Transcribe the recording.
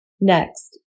Next